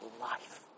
Life